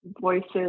voices